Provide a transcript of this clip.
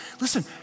Listen